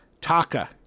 Taka